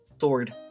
sword